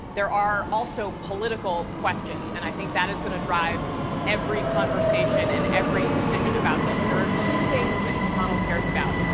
there are also political questions, and i think that is going to drive every conversation and every decision about this. there are two things mitch mcconnell cares about,